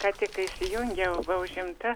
ką tik įsijungiau buvau užimta